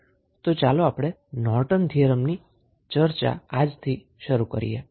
તો ચાલો આપણે આજે નોર્ટન થીયરમની ચર્ચા શરૂ કરીએ